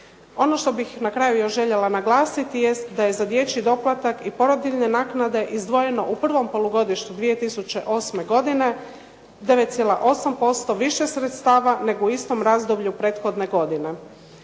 Ono što bih na kraju željela naglasiti jest da je za dječji doplatak i porodiljne naknade izdvojeno u prvom polugodištu 2008. godine 9,8% više sredstava, nego u istom razdoblju prethodne godine.